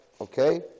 Okay